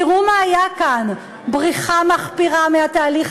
תראו מה היה כאן: בריחה מחפירה מהתהליך